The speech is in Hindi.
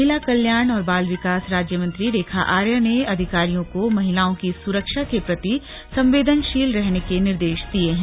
महिला कल्याण और बाल विकास राज्यमंत्री रेखा आर्या ने अधिकारियों को महिलाओं की सुरक्षा के प्रति संवेदनशील रहने के निर्देश दिये हैं